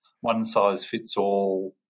one-size-fits-all